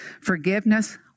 Forgiveness